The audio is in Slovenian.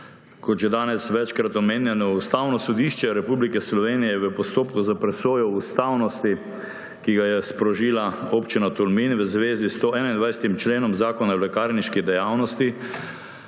Kot že danes večkrat omenjeno, Ustavno sodišče Republike Slovenije je v postopku za presojo ustavnosti, ki ga je sprožila občina Tolmin v zvezi s 121. členom Zakona o lekarniški dejavnosti,